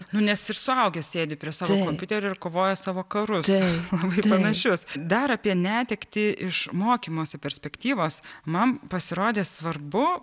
nu nes ir suaugę sėdi prie savo kompiuterių ir kovoja savo karus labai panašius dar apie netektį iš mokymosi perspektyvos man pasirodė svarbu